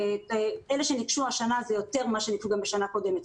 אלה שניגשו השנה זה יותר ממה שניגשו בשנה קודמת,